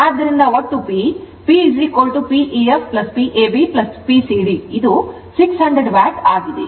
ಆದ್ದರಿಂದ ಒಟ್ಟು PPef Pab Pcd ಇದು 600 Watt ಆಗಿದೆ